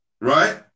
right